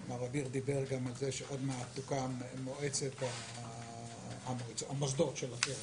מר אביר דיבר על זה שעוד מעט יוקמו המוסדות של הקרן.